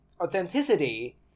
authenticity